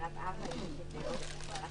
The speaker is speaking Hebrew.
העסקים ועם הדברים האלה כדי שזה יבוא ביחד,